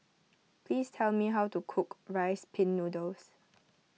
please tell me how to cook Rice Pin Noodles